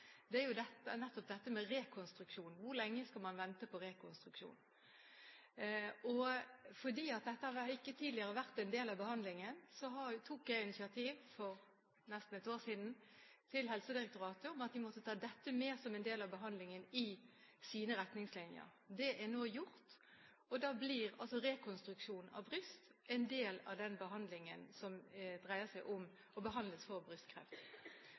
er nettopp dette med rekonstruksjon. Hvor lenge skal man vente på rekonstruksjon? Fordi dette tidligere ikke har vært en del av behandlingen, tok jeg initiativ – for nesten et år siden – overfor Helsedirektoratet til at de måtte ta dette med som en del av behandlingen, i sine retningslinjer. Det er nå gjort, og da blir altså rekonstruksjon av bryst en del av den behandlingen som dreier seg om